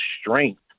strength